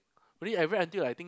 only I read until like